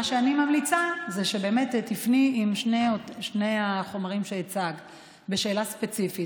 מה שאני ממליצה זה שבאמת תפני עם שני החומרים שהצגת בשאלה ספציפית,